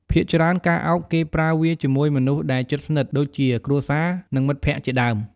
ភាគច្រើន ការឱប គេប្រើវាជាមួយមនុស្សដែលជិតស្និទ្ធ ដូចជាគ្រួសារ និងមិត្តភក្តិជាដើម។